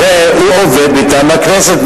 הרי הוא עובד מטעם הכנסת,